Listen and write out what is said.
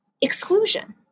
exclusion